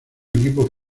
equipo